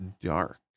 dark